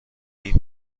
این